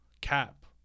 cap